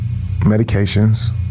medications